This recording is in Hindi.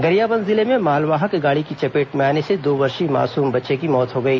गरियाबंद जिले में मालवाहक गाड़ी की चपेट में आने से दो वर्षीय मासूम बच्चे की मौत हो गई